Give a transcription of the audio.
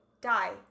Die